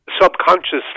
subconsciously